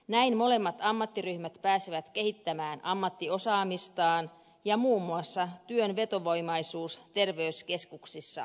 näin molemmat ammattiryhmät pääsevät kehittämään ammattiosaamistaan ja muun muassa työn vetovoimaisuus terveyskeskuksissa lisääntyy